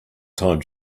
time